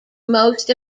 most